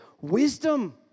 wisdom